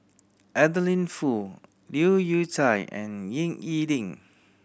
Adeline Foo Leu Yew Chye and Ying E Ding